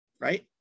right